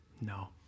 no